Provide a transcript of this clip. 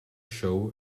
show